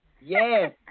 Yes